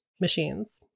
machines